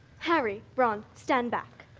harry, ron, stand back.